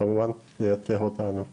וכמובן כדי לייצג אותנו נאמנה.